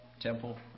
temple